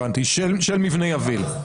הבנתי, של מבנה יביל.